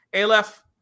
Aleph